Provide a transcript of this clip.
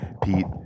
pete